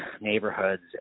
neighborhoods